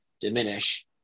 diminish